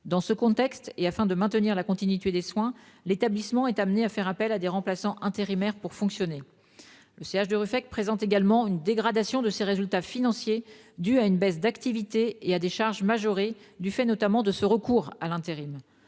Dans ce contexte, afin de maintenir la continuité des soins, l'établissement est amené à faire appel à des remplaçants intérimaires pour fonctionner. Le centre hospitalier de Ruffec présente une dégradation de ses résultats financiers due à une baisse d'activité et à des charges majorées, du fait notamment de ce recours à l'intérim.